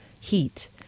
heat